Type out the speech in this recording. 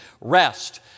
Rest